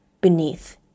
beneath